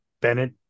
Bennett